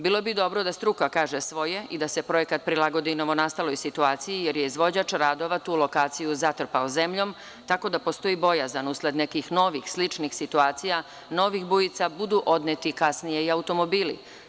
Bilo bi dobro da struka kaže svoje i da se projekat prilagodi novonastaloj situaciji jer je izvođač radova tu lokaciju zatrpao zemljom tako da postoji bojazan usled nekih novih sličnih situacija, novih bujica, budu odneti kasnije i automobili.